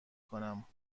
کنم